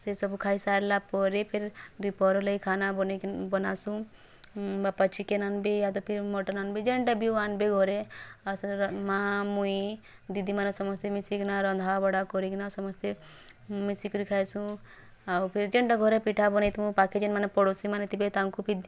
ସେ ସବୁ ଖାଇ୍ ସାରିଲା ପରେ ଫିର୍ ଦୁଇ୍ ପହର୍ ଲାଗି ଖାନା ବନେଇକି ବନାସୁଁ ବାପା ଚିକେନ୍ ଆନ୍ବେ ଏୟା ତୋ ଫିର୍ ମଟନ୍ ଆନ୍ବେ ଜେନ୍ଟା ବି ହେଉ ଆନ୍ବେ ଘରେ ଆଉ ସେଗୁରା ମାଆ ମୁଇଁ ଦିଦିମାନେ ସମସ୍ତେ ମିଶିକିନା ରନ୍ଧା ବଢ଼ା କରିକିନା ସମସ୍ତେ ମିଶିକିରି ଖାଇସୁଁ ଆଉ ଫିର୍ ଜେନ୍ଟା ଘରେ ପିଠା ବନେଇଥିମୁଁ ପାଖି ଜିନ୍ମାନେ ପଡ଼ୋଶୀମାନେ ଥିବେ ତାଙ୍କୁ ବି